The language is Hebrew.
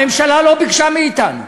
הממשלה לא ביקשה מאתנו.